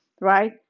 right